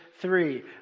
three